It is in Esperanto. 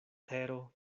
tero